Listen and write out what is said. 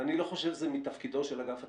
ואני לא חושב שזה מתפקידו של אגף תקציבים.